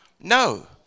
No